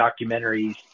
documentaries